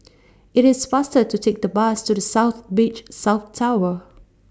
IT IS faster to Take The Bus to The South Beach South Tower